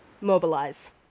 mobilize